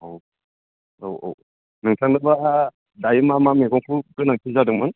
औ औ नोंथांनोबा दायो मा मा मैगंफोर गोनांथि जादोंमोन